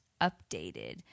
updated